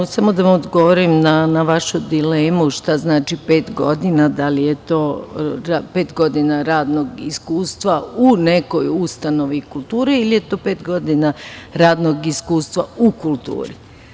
Samo da vam odgovorim na vašu dilemu šta znači pet godina, da li je to pet godina radnog iskustva u nekoj ustanovi kulture ili je to pet godina radnog iskustva u kulturi.